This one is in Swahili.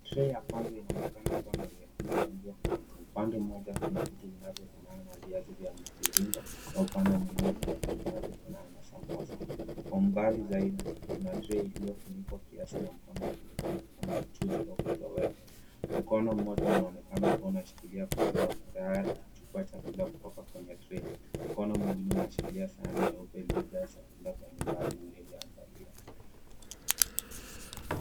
Tray ya kwanza inaonekana kuwa na vyakula vilivyokaangwa upande mmoja kuna vitu vinavyofanana viazi vya mviringo na upande mwingine kuna vitu vinavyofanana na samosa. Kwa umbali zaidi kuna tray iliyofunikwa kiasi na mkono unaonekana kuwa mchuzii wa kitoweo. Mkono mmoja unaonekana ukiwa unashikilia komeo tayari kuchukua chakula kutoka kwenye tray , mkono mwingine unashikilia sahani nyeupe iliyojaa chakula mbalimbali vilivyoandaliwa.